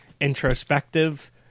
introspective